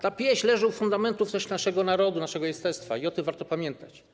Ta pieśń leży u fundamentów naszego narodu, naszego jestestwa, i o tym warto pamiętać.